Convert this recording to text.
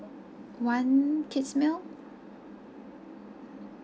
one kids meal